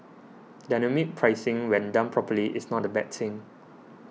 dynamic pricing when done properly is not a bad thing